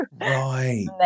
Right